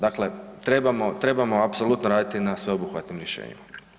Dakle, trebamo apsolutno raditi na sveobuhvatnim rješenjima.